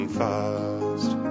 fast